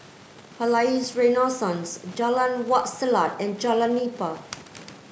Palais Renaissance Jalan Wak Selat and Jalan Nipah